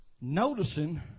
Noticing